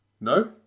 No